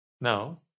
Now